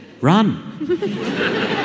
Run